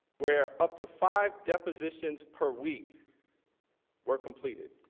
were up to five depositions per week were completed,